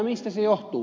mistä se johtuu